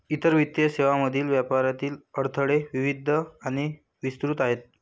इतर वित्तीय सेवांमधील व्यापारातील अडथळे विविध आणि विस्तृत आहेत